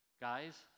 guys